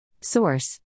Source